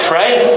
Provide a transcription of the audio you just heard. right